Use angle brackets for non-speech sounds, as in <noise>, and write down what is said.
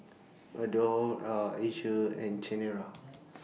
<noise> Adore Air Asia and Chanira